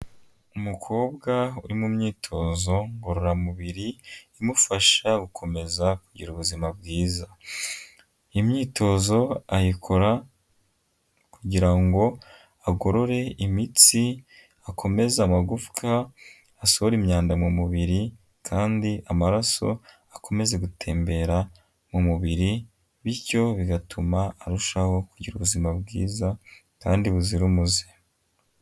Umukobwa uri mu myitozo ngororamubiri, imufasha gukomeza kugira ubuzima bwiza. Imyitozo ayikora kugira ngo agorore imitsi, akomeze amagufwa, asohore imyanda mu mubiri kandi amaraso akomeze gutembera mu mubiri, bityo bigatuma arushaho kugira ubuzima bwiza kandi buzira umuze.